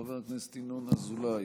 חבר הכנסת ינון אזולאי,